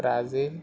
Brazil